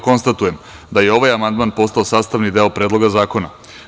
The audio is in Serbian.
Konstatujem da je ovaj amandman postao sastavni deo Predloga zakona.